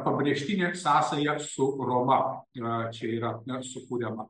pabrėžtinė sąsaja su roma yra čia yra na sukuriama